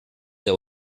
der